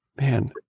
man